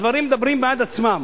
הדברים מדברים בעד עצמם.